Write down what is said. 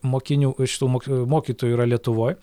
mokinių šitų mok mokytojų yra lietuvoj